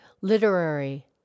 literary